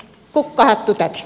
kiitos